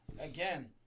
again